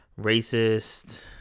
Racist